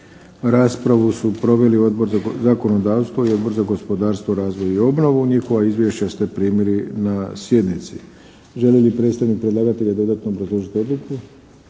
Raspravu su proveli Odbor za zakonodavstvo i Odbor za gospodarstvo, razvoj i obnovu. Njihova izvješća ste primili na sjednici. Želi li predstavnik predlagatelja dodatno obrazložiti odluku?